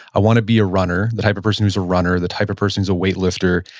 i want to be a runner, the type of person who's a runner, the type of person who's a weightlifter.